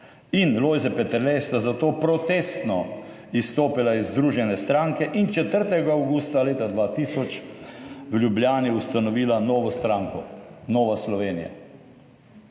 in Lojze Peterle sta zato protestno izstopila iz Združene stranke in 4. avgusta leta 2000 v Ljubljani ustanovila novo stranko Nova Slovenija.